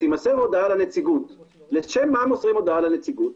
שתימסר הודעה לנציגות - לשם מה מוסרים הודעה לנציגות?